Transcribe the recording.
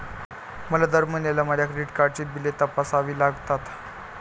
मला दर महिन्याला माझ्या क्रेडिट कार्डची बिले तपासावी लागतात